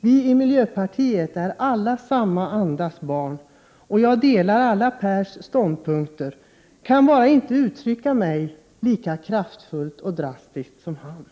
Vi i miljöpartiet är alla samma andas barn, och jag delar samtliga Per Gahrtons synpunkter — jag kan bara inte uttrycka mig lika kraftfullt och drastiskt som han.